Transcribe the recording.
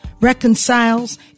reconciles